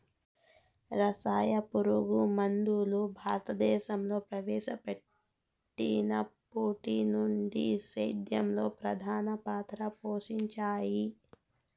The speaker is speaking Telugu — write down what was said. రసాయన పురుగుమందులు భారతదేశంలో ప్రవేశపెట్టినప్పటి నుండి సేద్యంలో ప్రధాన పాత్ర పోషించాయి